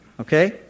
Okay